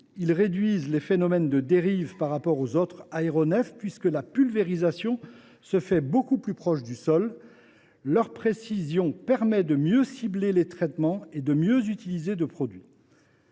ils réduisent les phénomènes de dérive, car la pulvérisation se fait beaucoup plus proche du sol. Leur précision permet de mieux cibler les traitements et de moins utiliser de produits.